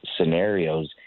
scenarios